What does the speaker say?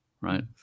right